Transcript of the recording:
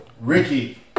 Ricky